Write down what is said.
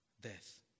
death